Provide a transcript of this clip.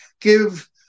give